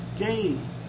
gain